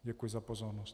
Děkuji za pozornost.